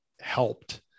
helped